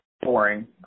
boring